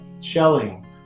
shelling